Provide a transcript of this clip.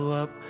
up